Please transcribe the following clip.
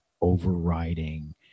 overriding